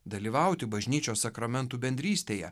dalyvauti bažnyčios sakramentų bendrystėje